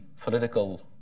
political